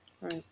Right